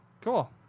Cool